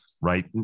right